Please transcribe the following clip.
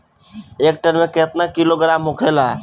एक टन मे केतना किलोग्राम होखेला?